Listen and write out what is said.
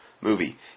movie